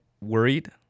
worried